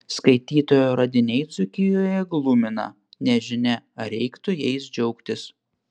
skaitytojo radiniai dzūkijoje glumina nežinia ar reiktų jais džiaugtis